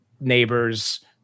neighbors